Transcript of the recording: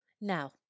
Now